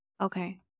Okay